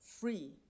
free